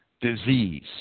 disease